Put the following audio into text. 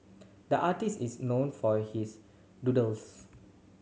the artist is known for his doodles